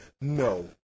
No